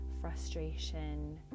frustration